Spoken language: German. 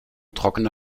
trockene